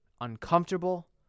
uncomfortable